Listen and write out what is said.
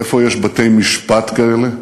איפה יש בתי-משפט כאלה?